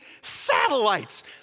satellites